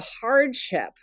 hardship